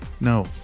No